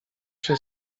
się